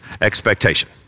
expectation